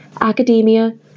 academia